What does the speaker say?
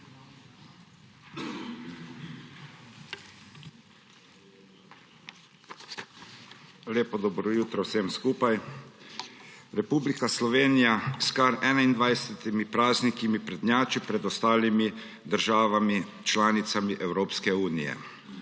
lepa. Dobro jutro vsem skupaj! Republika Slovenija s kar 21 prazniki prednjači pred ostalimi državami članicami Evropske unije.